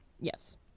Yes